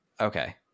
Okay